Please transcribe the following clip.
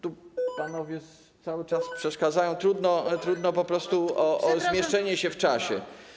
Tu panowie cały czas przeszkadzają, trudno po prostu o zmieszczenie się w czasie.